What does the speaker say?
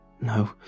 No